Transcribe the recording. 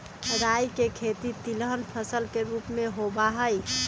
राई के खेती तिलहन फसल के रूप में होबा हई